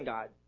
God